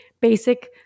basic